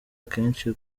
akenshi